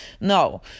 no